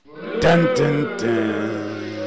Dun-dun-dun